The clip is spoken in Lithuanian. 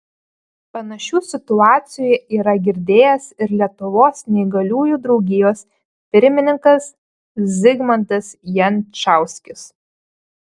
panašių situacijų yra girdėjęs ir lietuvos neįgaliųjų draugijos pirmininkas zigmantas jančauskis